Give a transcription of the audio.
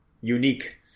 unique